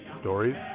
stories